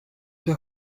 the